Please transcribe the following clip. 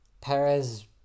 perez